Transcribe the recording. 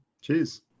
Cheers